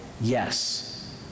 Yes